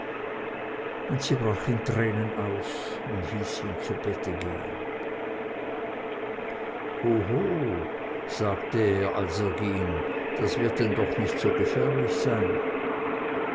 und sie brach in tränen aus und hieß ihn zu bette gehen hoho sagte er als er ging das wird denn doch nicht so gefährlich sein